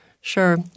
Sure